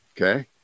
Okay